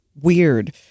weird